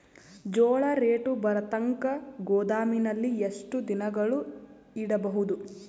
ಜೋಳ ರೇಟು ಬರತಂಕ ಗೋದಾಮಿನಲ್ಲಿ ಎಷ್ಟು ದಿನಗಳು ಯಿಡಬಹುದು?